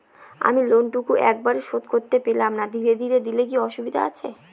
আমি লোনটুকু একবারে শোধ করতে পেলাম না ধীরে ধীরে দিলে কি অসুবিধে আছে?